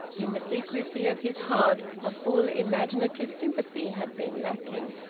in the secrecy of his heart a full imaginative sympathy had been lacking.